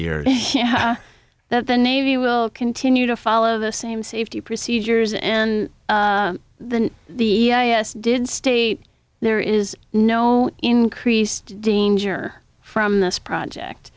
years that the navy will continue to follow the same safety procedures and the e i a s did state there is no increased danger from this project